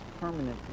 permanent